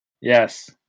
Yes